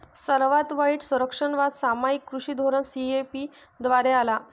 सर्वात वाईट संरक्षणवाद सामायिक कृषी धोरण सी.ए.पी द्वारे आला